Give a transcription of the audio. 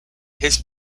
his